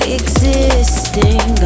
existing